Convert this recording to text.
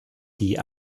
die